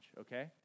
okay